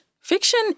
fiction